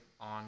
on